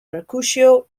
mercutio